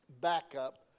backup